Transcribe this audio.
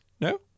No